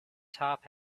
top